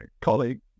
colleague